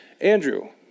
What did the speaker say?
Andrew